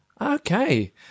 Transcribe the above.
Okay